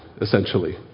essentially